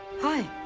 Hi